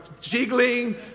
jiggling